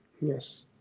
Yes